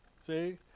See